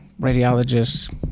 radiologists